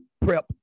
prep